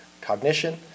cognition